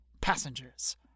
passengers